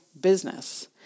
business